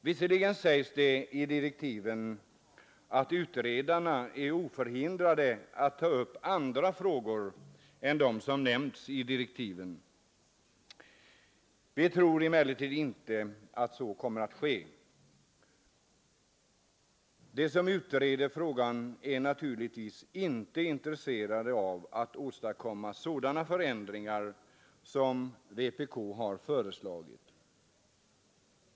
Visserligen sägs det i direktiven att utredarna är oförhindrade att ta upp andra frågor än dem som nämnts i direktiven. Vi tror emellertid inte att så kommer att ske. De som utreder frågan är naturligtvis inte intresserade av att åstadkomma sådana förändringar som vpk har föreslagit.